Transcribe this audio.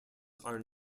are